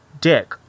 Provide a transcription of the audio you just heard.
Dick